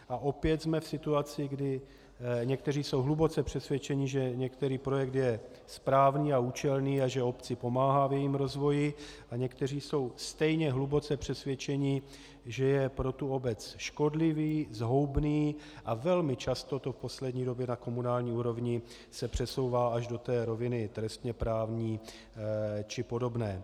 A opět jsme v situaci, kdy někteří jsou hluboce přesvědčeni, že některý projekt je správný a účelný a že obci pomáhá v jejím rozvoji, a někteří jsou stejně hluboce přesvědčeni, že je pro tu obec škodlivý, zhoubný, a velmi často se to v poslední době na komunální úrovni přesouvá až do té roviny trestněprávní či podobné.